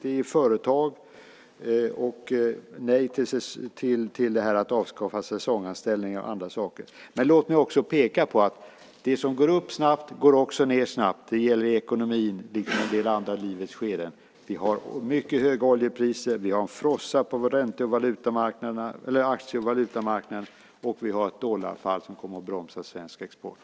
Det är företag, nej till att avskaffa säsongsanställningar och andra saker. Men låt mig peka på att det som går upp snabbt går också ned snabbt. Det gäller i ekonomin liksom i en del andra av livets skeden. Vi har mycket höga oljepriser, vi har en frossa på aktie och valutamarknaderna och vi har ett dollarfall som kommer att bromsa svensk export.